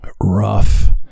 rough